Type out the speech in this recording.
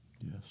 Yes